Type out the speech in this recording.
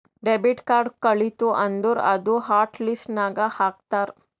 debit card ಕಳಿತು ಅಂದುರ್ ಅದೂ ಹಾಟ್ ಲಿಸ್ಟ್ ನಾಗ್ ಹಾಕ್ತಾರ್